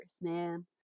man